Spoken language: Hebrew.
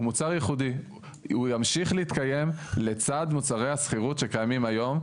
הוא מוצר ייחודי והוא ימשיך להתקיים לצד מוצרי השכירות שקיימים היום,